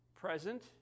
present